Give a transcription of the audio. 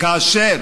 ולא